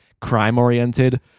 crime-oriented